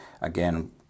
again